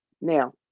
Now